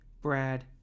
Brad